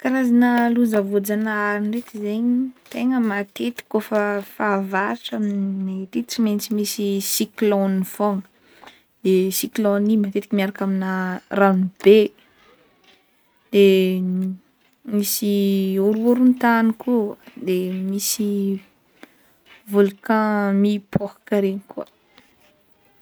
Karazagna loza voajagnahary draiky zegny tegna matetiky kaofa fahavaratra aminay de tsy maintsy misy cyclone fogna de cyclone io matetika miaraka amina rano be, de misy horohorontany koa de misy volcan mipoka regny koa.